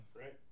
Right